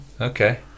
Okay